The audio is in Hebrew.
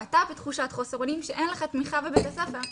ואתה בתחושת חוסר אונים כשאין לך תמיכה בבית הספר,